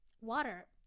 water